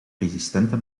resistente